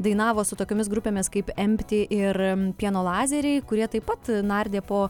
dainavo su tokiomis grupėmis kaip empti ir pieno lazeriai kurie taip pat nardė po